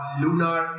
lunar